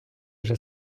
вже